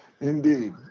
Indeed